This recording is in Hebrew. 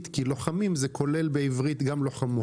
כי לוחמים זה כולל בעברית גם לוחמות.